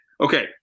okay